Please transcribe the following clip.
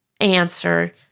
answer